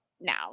now